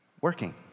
working